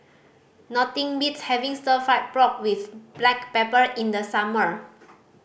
nothing beats having Stir Fried Pork With Black Pepper in the summer